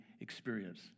experience